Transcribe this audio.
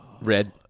Red